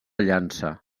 llança